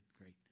Great